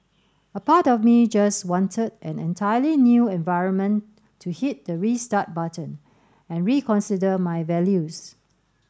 a part of me just wanted an entirely new environment to hit the restart button and reconsider my values